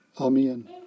Amen